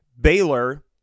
Baylor